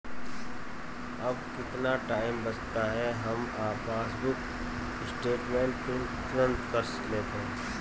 अब कितना टाइम बचता है, हम पासबुक स्टेटमेंट प्रिंट तुरंत कर लेते हैं